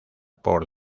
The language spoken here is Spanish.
por